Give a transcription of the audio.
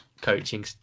coaching